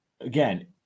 again